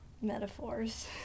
metaphors